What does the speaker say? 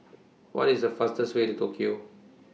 What IS The fastest Way to Tokyo